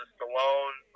Stallone